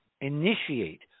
initiate